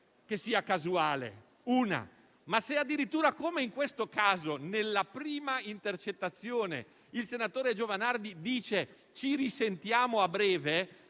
essere casuale, ma se addirittura, come in questo caso, nella prima intercettazione il senatore Giovanardi dice «ci risentiamo a breve»,